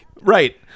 Right